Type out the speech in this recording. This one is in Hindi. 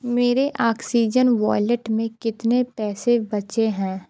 मेरे ऑक्सीजन वॉलेट में कितने पैसे बचे हैं